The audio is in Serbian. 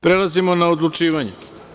Prelazimo na odlučivanje.